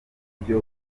uburyo